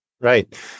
Right